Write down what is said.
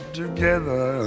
together